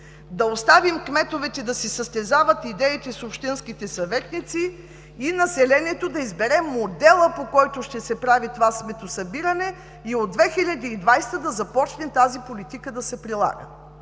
да оставим кметовете да си състезават идеите с общинските съветници и населението да избере модела, по който ще се прави това сметосъбиране, и от 2020 г. тази политика да започне